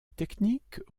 technique